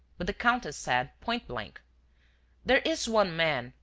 but the countess said, point blank there is one man,